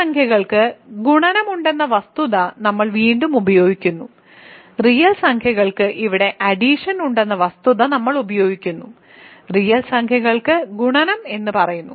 real സംഖ്യകൾക്ക് ഗുണനമുണ്ടെന്ന വസ്തുത നമ്മൾ വീണ്ടും ഉപയോഗിക്കുന്നു റിയൽ സംഖ്യകൾക്ക് ഇവിടെ അഡിഷൻ ഉണ്ടെന്ന വസ്തുത നമ്മൾ ഉപയോഗിക്കുന്നു റിയൽ സംഖ്യകൾ ഗുണനം എന്ന് പറയുന്നു